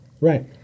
Right